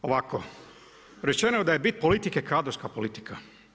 Ovako, rečeno je da je bit politike kadrovska politika.